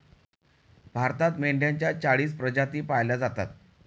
भारतात मेंढ्यांच्या चाळीस प्रजाती पाळल्या जातात